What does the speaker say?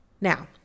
Now